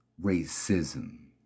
racism